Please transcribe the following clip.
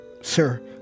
Sir